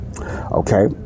Okay